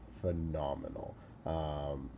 phenomenal